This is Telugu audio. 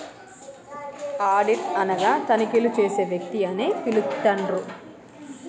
ఆడిట్ అనగా తనిఖీలు చేసే వ్యక్తి అని పిలుత్తండ్రు